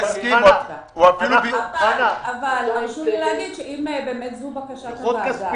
אבל הרשו לי להגיד שאם זו בקשת הוועדה ובקשת הסיעות